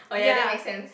oh ya that make sense